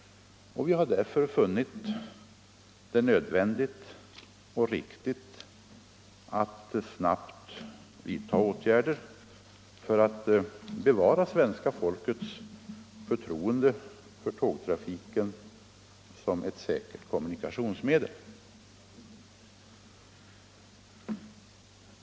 Vi har därför funnit det nödvändigt och riktigt att snabbt vidta åtgärder för att bevara svenska folkets förtroende för tågtrafiken som ett säkert kommunikationsmedel.